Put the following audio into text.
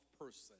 person